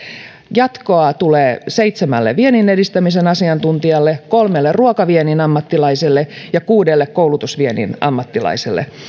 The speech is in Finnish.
jatkoa tulee seitsemälle viennin edistämisen asiantuntijalle kolmelle ruokaviennin ammattilaiselle ja kuudelle koulutusviennin ammattilaiselle